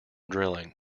drilling